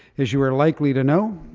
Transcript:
as you are likely to know,